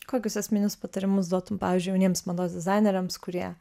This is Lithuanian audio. kokius esminius patarimus duotum pavyzdžiui jauniems mados dizaineriams kurie